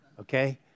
Okay